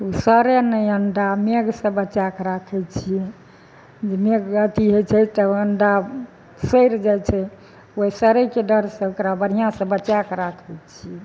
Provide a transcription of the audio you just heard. ओ सड़ैत नहि अण्डा मेघ से बचा कऽ राखैत छियै जे मेघ अथी होइत छै तऽ ओ अण्डा सड़ि जाइत छै ओहि सड़ैके डर से ओकरा बढ़िआँ से बचा के राखैत छियै